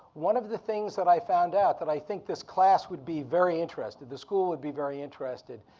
one of the things that i found out that i think this class would be very interested, the school would be very interested,